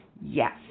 Yes